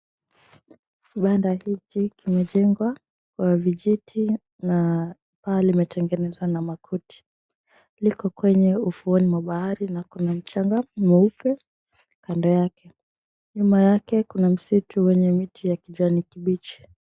Kibanda hiki kimejengwa kwa vijiti na paa limetengenezwa na makuti, liko kwenye ufuoni mwa bahari kuna mchanga mweupe kando yake, nyuma yake kuna msitu wenye miti ya kijani kibichi